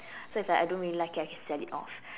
so it's like if I don't really like it I can sell it off